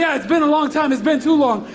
yeah, it's been a long time, it's been too long.